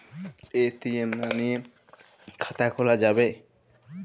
ATM না নিয়ে খাতা খোলা যাবে?